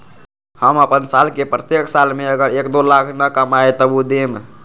हम अपन साल के प्रत्येक साल मे अगर एक, दो लाख न कमाये तवु देम?